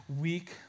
Weak